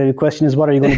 ah question is what are you